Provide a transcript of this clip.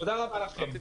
תודה רבה לכם.